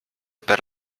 per